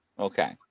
Okay